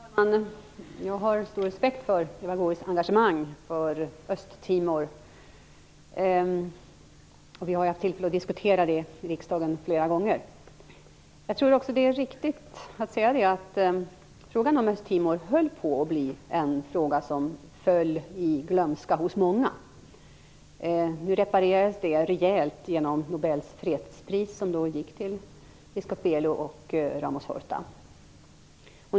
Herr talman! Jag har stor respekt för Eva Goës engagemang när det gäller Östtimor. Vi har ju haft tillfälle att diskutera den frågan flera gånger här i riksdagen. Jag tror att det är riktigt att säga att frågan om Östtimor höll på att bli en fråga som föll i glömska hos många. Det reparerades rejält genom Nobels fredspris, som ju gick till biskop Belo och José Ramos-Horta.